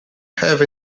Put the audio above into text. have